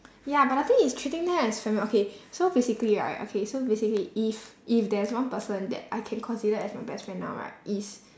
ya but the thing is treating them as fami~ okay so basically right okay so basically if if there is one person that I can consider as my best friend now right is